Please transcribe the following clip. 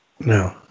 No